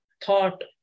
thought